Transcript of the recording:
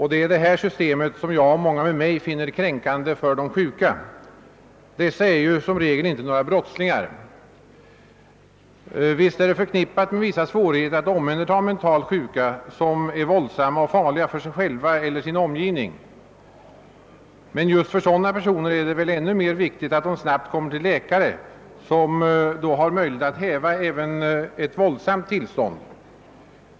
Det är det här systemet som jag och många med mig finner kränkande för de sjuka. Dessa är ju som regel inte några brottslingar. Visst är det förknippat med vissa svårigheter att omhändertaga mentalt sjuka, som är våldsamma och farliga för sig själva eller sin omgivning, men just för sådana personer är det väl ännu mer viktigt att de snabbt kommer till läkare, som då har möjlighet att häva även ett våldsamt tillstånd.